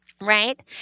right